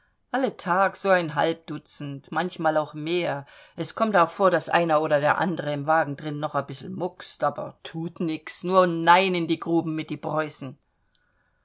alle tag so ein halb dutzend manchmal auch mehr es kommt auch vor daß einer oder der andere im wagen drin noch a bissl muckst aber thut nix nur nein in die gruben mit die preußen